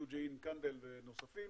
יוג'ין קנדל ונוספים,